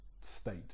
state